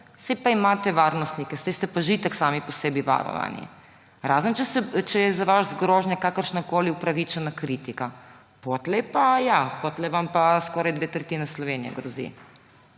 Saj pa imate varnostnike, saj ste pa že itak sami po sebi varovani. Razen če je za vas grožnja kakršnakoli upravičena kritika, potlej pa ja, potlej vam pa skoraj dve tretjini Slovenije grozi.